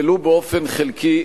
ולו באופן חלקי,